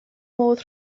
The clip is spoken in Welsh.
modd